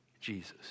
Jesus